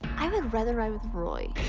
i would rather ride with roy.